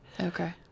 Okay